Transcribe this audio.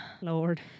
Lord